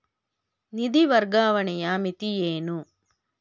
ನಿಧಿ ವರ್ಗಾವಣೆಯ ಮಿತಿ ಏನು?